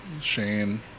Shane